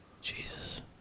Jesus